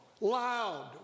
loud